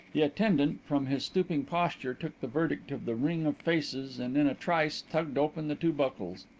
the attendant, from his stooping posture, took the verdict of the ring of faces and in a trice tugged open the two buckles.